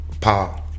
power